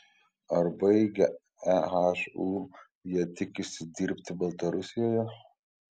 ar baigę ehu jie tikisi dirbti baltarusijoje